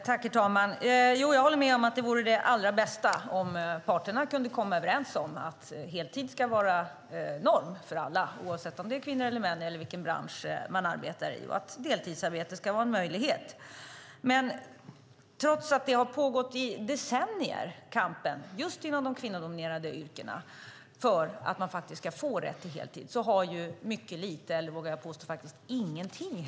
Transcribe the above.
Herr talman! Jag håller med om att det allra bästa vore om parterna kunde komma överens om att heltid ska vara en norm för alla, oavsett om det är kvinnor eller män och vilken bransch man arbetar i. Deltidsarbete ska vara en möjlighet. Men trots att kampen har pågått i decennier inom de kvinnodominerade yrkena för att man ska få rätt till heltid har mycket lite hänt på området - jag vågar påstå: ingenting.